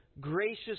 gracious